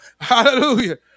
Hallelujah